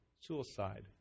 suicide